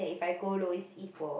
eh if I go low is equal